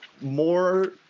more